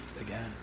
again